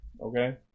Okay